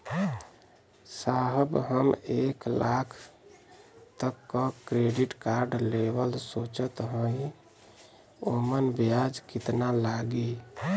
साहब हम एक लाख तक क क्रेडिट कार्ड लेवल सोचत हई ओमन ब्याज कितना लागि?